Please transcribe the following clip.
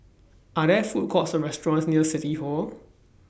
Are There Food Courts Or restaurants near City Hall